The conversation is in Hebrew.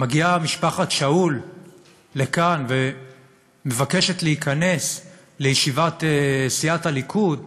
משפחת שאול לכאן ומבקשת להיכנס לישיבת סיעת הליכוד.